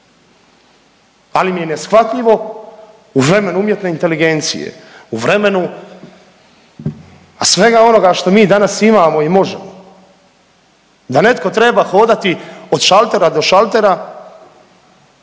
ali mi je neshvatljivo u vremenu umjetne inteligencije, u vremenu a svega onoga što mi danas imamo i možemo. Da netko treba hodati od šaltera do šaltera,